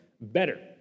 Better